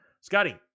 Scotty